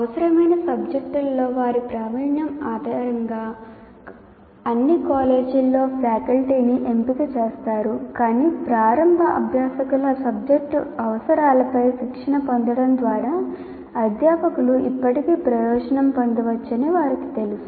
అవసరమైన సబ్జెక్టులలో వారి ప్రావీణ్యం ఆధారంగా అన్ని కాలేజీలలో ఫ్యాకల్టీని ఎంపిక చేస్తారు కాని ప్రారంభ అభ్యాసకుల సబ్జెక్టు అవసరాలపై శిక్షణ పొందడం ద్వారా అధ్యాపకులు ఇప్పటికీ ప్రయోజనం పొందవచ్చని వారికి తెలుసు